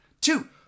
Two